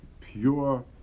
pure